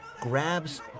grabs